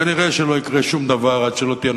כנראה לא יקרה שום דבר עד שלא תהיינה